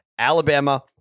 Alabama